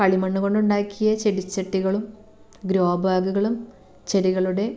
കളിമണ്ണ് കൊണ്ടുണ്ടാക്കിയ ചെടിച്ചട്ടികളും ഗ്രോബാഗുകളും ചെടികളുടെ